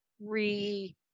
re